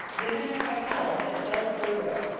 given at our palace at belfaburac,